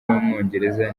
w’umwongereza